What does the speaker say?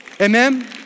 amen